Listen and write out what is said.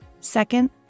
Second